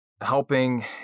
helping